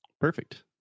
Perfect